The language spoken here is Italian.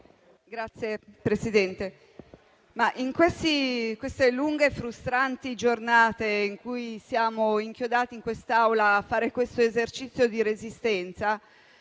Signor Presidente, in queste lunghe, frustranti giornate in cui siamo inchiodati in quest'Aula a fare questo esercizio di resistenza,